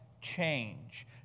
change